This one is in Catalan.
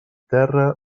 terra